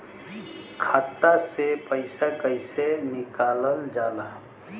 खाता से पैसा कइसे निकालल जाला?